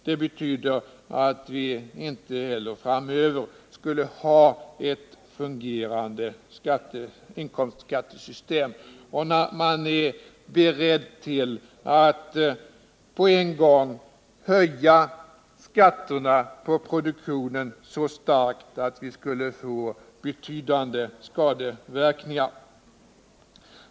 Det betyder att vi inte heller framöver skall ha ett fungerande skattesystem. Och man är beredd att på en gång höja skatterna på produktionen så starkt att vi skulle få betydande skadeverkningar.